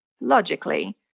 logically